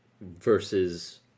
versus